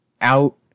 out